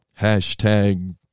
hashtag